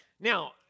Now